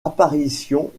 apparition